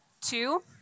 Two